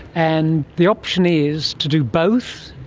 and the option is to do both,